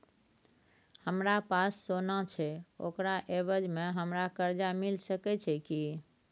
हमरा पास सोना छै ओकरा एवज में हमरा कर्जा मिल सके छै की?